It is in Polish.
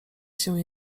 się